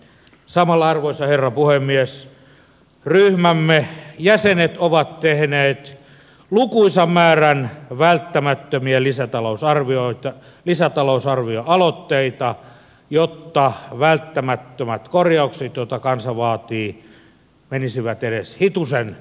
samalla arvoisa herra puhemies ryhmämme jäsenet ovat tehneet lukuisan määrän välttämättömiä lisätalousarvioaloitteita jotta välttämättömät korjaukset joita kansa vaatii menisivät edes hitusen eteenpäin